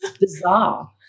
bizarre